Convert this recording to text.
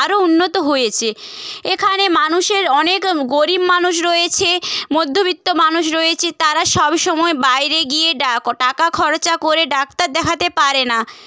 আরও উন্নত হয়েছে এখানে মানুষের অনেক গরিব মানুষ রয়েছে মধ্যবিত্ত মানুষ রয়েছে তারা সব সময় বাইরে গিয়ে টাকা খরচা করে ডাক্তার দেখাতে পারে না